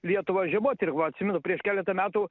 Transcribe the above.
lietuvą žiemot ir va atsimenu prieš keletą metų